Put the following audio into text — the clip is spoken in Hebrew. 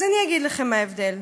אז אני אגיד לכם מה ההבדל: